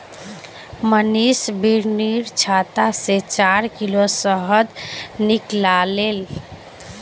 मनीष बिर्निर छत्ता से चार किलो शहद निकलाले